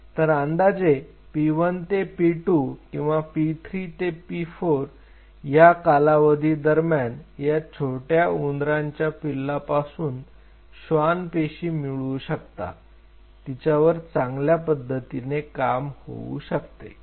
तर अंदाजे p1 ते p2 किंवा p3 ते p4 या कालावधीदरम्यान या छोट्या उंदरांच्या पिल्ल्लापासून श्वान पेशी मिळवू शकता तिच्यावर चांगल्या पद्धतीने काम होऊ शकते